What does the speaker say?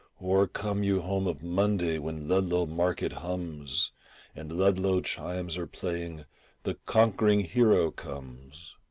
or come you home of monday when ludlow market hums and ludlow chimes are playing the conquering hero comes,